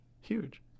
Huge